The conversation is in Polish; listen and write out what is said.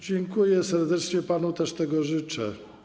Dziękuję serdecznie, panu też tego życzę.